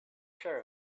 sure